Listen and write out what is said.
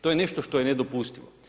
To je nešto što je neodpustivo.